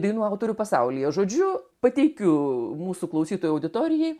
dainų autorių pasaulyje žodžiu pateikiu mūsų klausytojų auditorijai